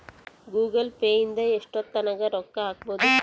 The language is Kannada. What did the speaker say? ಗೂಗಲ್ ಪೇ ಇಂದ ಎಷ್ಟೋತ್ತಗನ ರೊಕ್ಕ ಹಕ್ಬೊದು